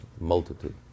multitude